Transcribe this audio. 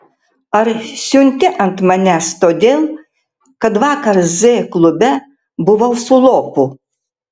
ar siunti ant manęs todėl kad vakar z klube buvau su lopu